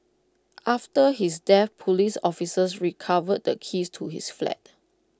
after his death Police officers recovered the keys to his flat